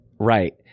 Right